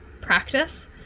practice